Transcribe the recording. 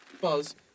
Buzz